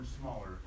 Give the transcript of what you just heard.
smaller